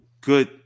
good